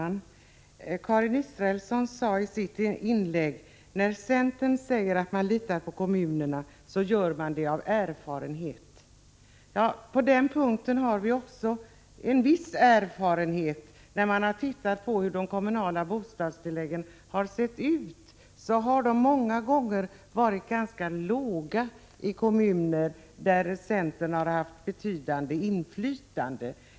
Fru talman! Karin Israelsson sade i sitt inlägg: När centern säger att vi litar på kommunerna gör vi det av erfarenhet. — På den punkten har vi också en viss erfarenhet. De kommunala bostadstilläggen har många gånger varit tämligen låga i kommuner där centern haft betydande inflytande.